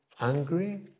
angry